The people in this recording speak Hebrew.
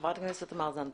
חברת הכנסת תמר זנדברג.